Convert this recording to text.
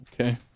Okay